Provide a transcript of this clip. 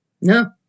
No